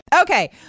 Okay